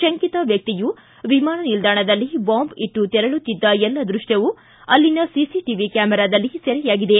ಶಂಕಿತ ವ್ಯಕ್ತಿಯು ವಿಮಾನ ನಿಲ್ನಾಣದಲ್ಲಿ ಬಾಂಬ್ ಇಟ್ಟು ತೆರಳುತ್ತಿದ್ದ ಎಲ್ಲ ದೃಶ್ಯವು ಅಲ್ಲಿನ ಸಿಸಿಟಿವಿ ಕ್ಯಾಮೆರಾದಲ್ಲಿ ಸೆರೆಯಾಗಿದೆ